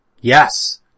Yes